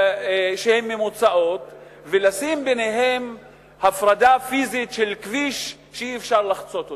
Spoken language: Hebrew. שהן ממוצעות ולשים ביניהן הפרדה פיזית של כביש שאי-אפשר לחצות אותו.